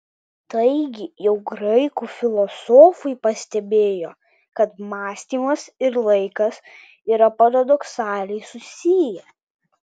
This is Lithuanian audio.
taigi jau graikų filosofai pastebėjo kad mąstymas ir laikas yra paradoksaliai susiję